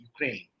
Ukraine